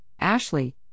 Ashley